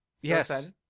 Yes